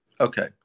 Okay